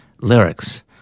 lyrics